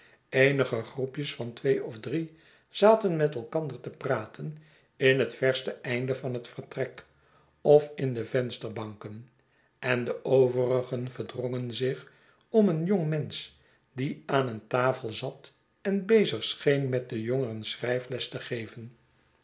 eenige groepjes van twee of drie zaten met elkander te praten in het verste einde van het vertrek of in de vensterbanken en de overigen verdrongen zich om een jong mensch die aan een tafel zat en bezig scheen metde jongeren schrijfles te geven